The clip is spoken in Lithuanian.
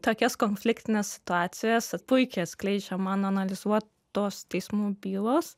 tokias konfliktines situacijas puikiai atskleidžia mano analizuotos teismų bylos